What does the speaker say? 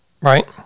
Right